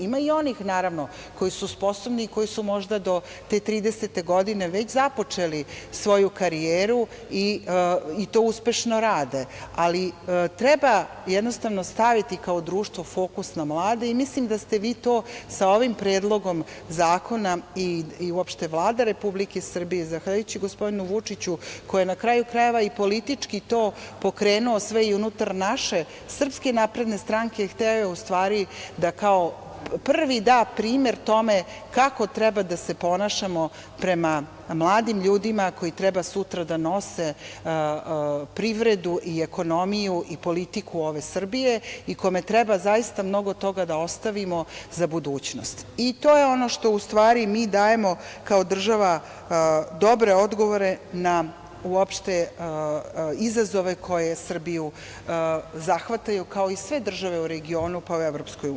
Ima i onih koji su sposobni da su možda do te 30. godine, već započeli svoju karijeru i to uspešno rade, ali treba jednostavno staviti kao društvo fokus na mlade i mislim da ste vi to sa ovim predlogom zakona i Vlada Republike Srbije, zahvaljujući gospodinu Vučiću, koji je na kraju krajeva i politički pokrenuo sve to i unutar naše SNS, hteo je ustvari da kao prvi da primer tome kako treba da se ponašamo, prema mladim ljudima koji treba sutra da nose privredu i ekonomiju i politiku ove Srbije, i kome treba zaista mnogo toga da ostavimo, za budućnost i to je ono što ustvari mi dajemo kao država dobre odgovore na izazove koje Srbiju zahvataju kao i sve države u regionu, pa i u EU.